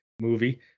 movie